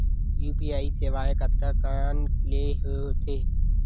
UPI सेवाएं कतका कान ले हो थे?